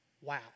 Wow